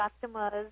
customers